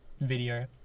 video